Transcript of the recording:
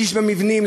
שליש במבנים?